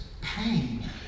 pain